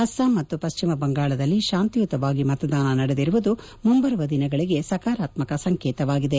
ಅಸ್ಟಾಂ ಮತ್ತು ಪಶ್ಚಿಮ ಬಂಗಾಳದಲ್ಲಿ ಶಾಂತಿಯುತವಾಗಿ ಮತದಾನ ನಡೆದಿರುವುದು ಮುಂಬರುವ ದಿನಗಳಿಗೆ ಸಕಾರಾತ್ಮಕ ಸಂಕೇತವಾಗಿದೆ